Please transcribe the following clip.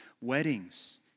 weddings